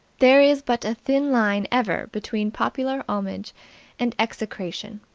there is but a thin line ever between popular homage and execration.